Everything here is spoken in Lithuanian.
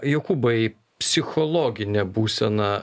jokūbai psichologinė būsena